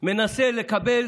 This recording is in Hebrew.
מנסה לקבל,